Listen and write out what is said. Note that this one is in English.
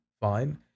Fine